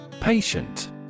Patient